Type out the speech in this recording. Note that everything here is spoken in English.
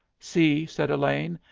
see, said elaine,